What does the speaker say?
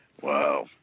Wow